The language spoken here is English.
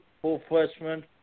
full-freshman